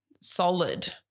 solid